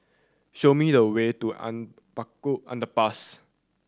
show me the way to Anak Bukit Underpass